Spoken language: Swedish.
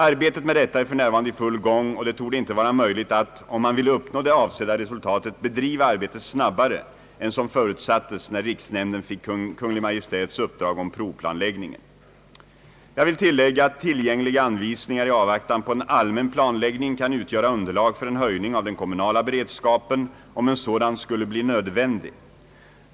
Arbetet med detta är för närvarande i full gång, och det torde inte vara möjligt att — om man vill uppnå det avsedda resultatet — bedriva arbetet snabbare än som förutsattes när riksnämnden fick Kungl. Maj:ts uppdrag om provplanläggningen. Jag vill tillägga att tillgängliga anvisningar i avvaktan på en allmän planläggning kan utgöra underlag för en höjning av den kommunala beredskapen om en sådan skulle bli nödvändig.